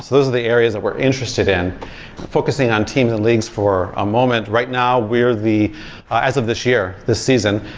those are the areas that we're interested in focusing on teams and leagues for a moment, right now we're the as of this year, this season,